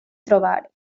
trobar